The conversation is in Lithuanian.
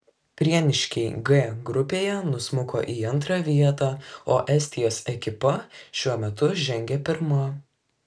prieniškiai g grupėje nusmuko į antrą vietą o estijos ekipa šiuo metu žengia pirma